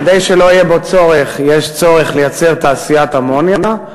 כדי שלא יהיה בו צורך יש צורך לייצר תעשיית אמוניה,